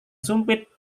sumpit